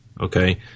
okay